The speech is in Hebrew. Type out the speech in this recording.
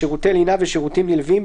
שירותי לינה ושירותים נלווים,